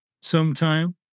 sometime